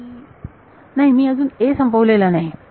मी नाही मी अजून a संपवलेला नाही